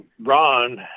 ron